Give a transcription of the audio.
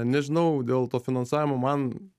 nežinau dėl to finansavimo man